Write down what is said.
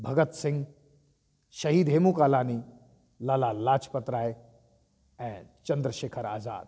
भगत सिंह शहीद हेमू कालाणी लाला लाजपत राय ऐं चन्द्र शेखर आज़ाद